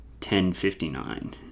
1059